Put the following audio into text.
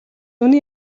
үнэн